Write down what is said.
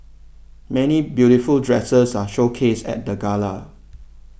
many beautiful dresses are showcased at the gala